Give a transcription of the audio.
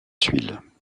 tuiles